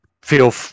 feel